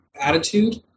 Attitude